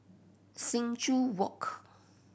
Sing Joo Walk